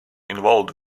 involved